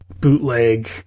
bootleg